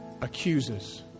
accuses